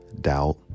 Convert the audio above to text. doubt